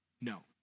No